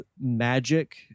magic